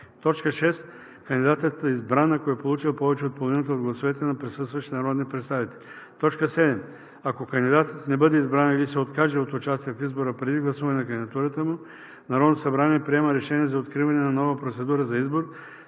6. Кандидатът е избран, ако е получил повече от половината от гласовете на присъстващите народни представители. 7. Ако кандидатът не бъде избран или се откаже от участие в избора преди гласуване на кандидатурата му, Народното събрание приема решение за откриване на нова процедура за избор,